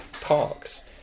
parks